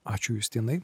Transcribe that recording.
ačiū justinai